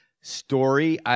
story